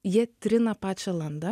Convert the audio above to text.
jie trina pačią landą